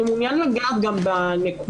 אני מעוניין לגעת גם בנקודה